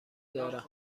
دارم